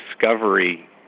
discovery